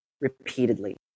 repeatedly